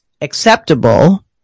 acceptable